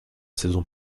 saison